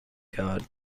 guard